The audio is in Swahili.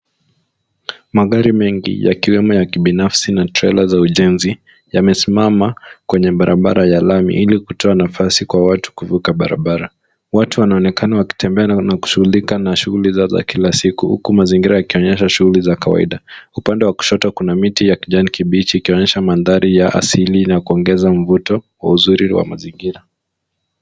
Magari mengi yakiwemo ya kibinafsi na trela ujenzi yamesimama kwenye Barabara ya lami ili kutoa nafasi kwa watu kuvuka Barabara .Watu wanaonekana wakitembea na kushughulika na shughuli zao za Kila siku huku mazingira yakionyesha shughuli za kawaida .Upande wa kushoto Kuna miti ya kijani kibichi ikionyesha mandhari ya asili na kuongeza mvuto wa uzuri wa mazingira.